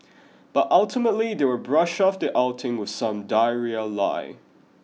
but ultimately they will brush off the outing with some diarrhea lie